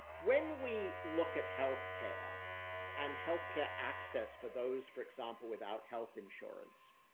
when we look at healthcare and healthcare access, for those, for example, without health insurance,